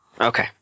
Okay